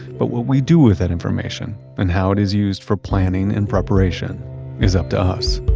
but what we do that information and how it is used for planning and preparation is up to us.